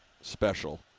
special